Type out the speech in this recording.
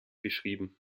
beschrieben